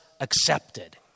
accepted